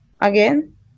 again